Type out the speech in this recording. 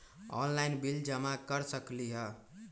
Online bill जमा कर सकती ह?